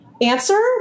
answer